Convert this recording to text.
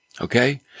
Okay